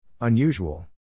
Unusual